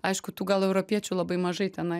aišku tų gal europiečių labai mažai tenai